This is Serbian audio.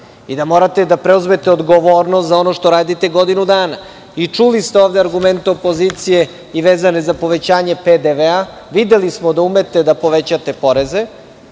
i da morate da preuzmete odgovornost za ono što radite godinu dana. Čuli ste ovde argument opozicije vezano za povećanje PDV. Videli smo da umete da povećate poreze,